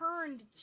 turned